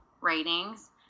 ratings